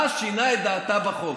מה שינה את דעתה בחוק?